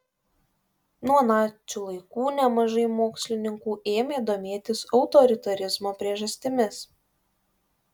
nuo nacių laikų nemažai mokslininkų ėmė domėtis autoritarizmo priežastimis